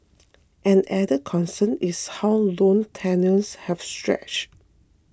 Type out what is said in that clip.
an added concern is how loan tenures have stretch